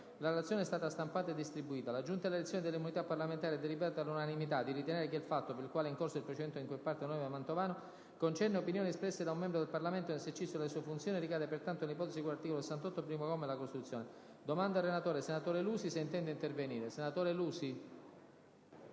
parlamentari è stata stampata e distribuita. La Giunta delle elezioni e delle immunità parlamentari ha deliberato, all'unanimità, di ritenere che il fatto, per il quale è in corso il procedimento in cui è parte l'onorevole Mantovano, concerne opinioni espresse da un membro del Parlamento nell'esercizio delle sue funzioni e ricade pertanto nell'ipotesi di cui all'articolo 68, primo comma, della Costituzione Chiedo al relatore, senatore Lusi, se intende intervenire.